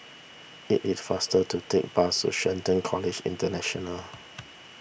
it is faster to take bus to Shelton College International